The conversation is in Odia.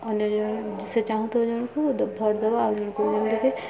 ଅନ୍ୟ ଜଣ ସେ ଚାହୁଁଥିବ ଓ ଜଣଙ୍କୁ ଭୋଟ ଦେବ ଆଉ ଜଣକୁ ଯେମିତିକ କି